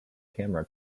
camera